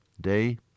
day